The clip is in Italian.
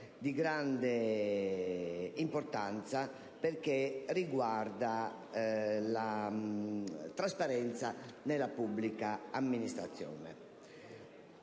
di grande importanza, perché riguarda la trasparenza nella pubblica amministrazione.